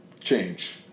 change